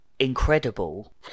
Incredible